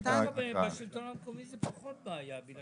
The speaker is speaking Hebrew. אני חושב שדווקא בשלטון המקומי יש פחות בעיה, בגלל